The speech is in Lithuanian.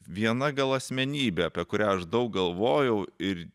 viena gal asmenybė apie kurią aš daug galvojau ir